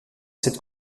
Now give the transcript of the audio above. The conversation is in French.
cette